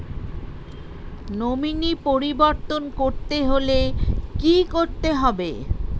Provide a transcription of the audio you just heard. Nominee পরিবর্তন করতে হলে কী করতে হবে?